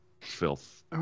filth